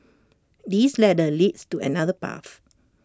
this ladder leads to another path